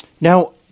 Now